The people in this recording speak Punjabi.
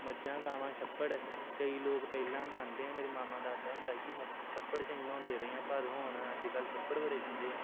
ਮੱਝਾਂ ਗਾਵਾਂ ਛੱਪੜ ਕਈ ਲੋਕ ਪਹਿਲਾਂ ਮੰਨਦੇ ਆ ਮੇਰੇ ਮਾਮਾ ਦੱਸਦਾ ਹੁੰਦਾ ਕਿ ਛੱਪੜ 'ਚ ਅਸੀਂ ਨਹਾਉਂਦੇ ਰਹੇ ਆ ਪਰ ਹੁਣ ਅੱਜ ਕੱਲ੍ਹ ਛੱਪੜ ਬੜੇ ਗੰਦੇ ਆ